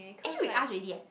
actually we ask already eh